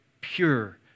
pure